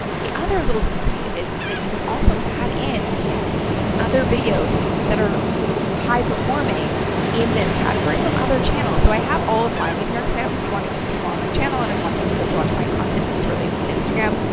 the other little secret here is that you can also add in other videos that are high-performing in this category from other channels. so i have all of mine in here because i obviously want to keep people on my channel and i want them to binge-watch my content that's related to instagram.